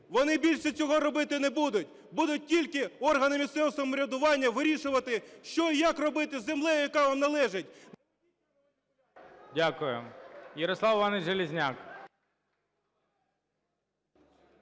вони більше цього робити не будуть. Будуть тільки органи місцевого самоврядування вирішувати, що і як робити із землею, яка вам належить. ГОЛОВУЮЧИЙ. Дякую. Ярослав Іванович Железняк.